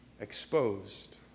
exposed